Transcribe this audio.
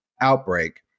outbreak